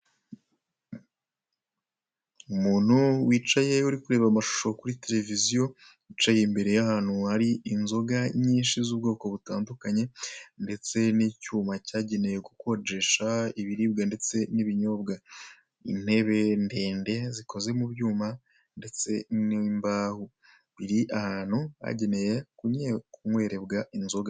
Umuntu wicaye urikureba amashusho kuri televisiziyo yicaye imbere yahantu hari inzoga nyinshi z'ubwoko butandukanye, ndetse nicyuma cyagenewe gukonjesha ibiribwa ndetse n'ibinyobwa, intebe ndende zikozwe mubyuma ndetse nimbaho biri ahantu hagenewe kunywera inzoga.